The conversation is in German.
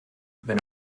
wenn